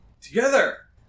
together